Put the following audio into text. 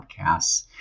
podcasts